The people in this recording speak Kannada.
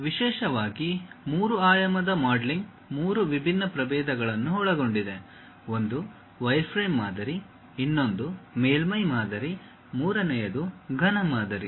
ವಿಶೇಷವಾಗಿ ಮೂರು ಆಯಾಮದ ಮಾಡೆಲಿಂಗ್ ಮೂರು ವಿಭಿನ್ನ ಪ್ರಭೇದಗಳನ್ನು ಒಳಗೊಂಡಿದೆ ಒಂದು ವೈರ್ಫ್ರೇಮ್ ಮಾದರಿ ಇನ್ನೊಂದು ಮೇಲ್ಮೈ ಮಾದರಿ ಮೂರನೆಯದು ಘನ ಮಾದರಿ